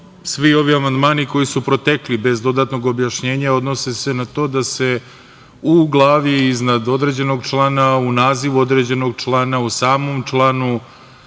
svi ovi amandmani koji su protekli bez dodatnog objašnjenja odnose se na to da se u glavi iznad određenog člana, u nazivu određenog člana, u samom članu,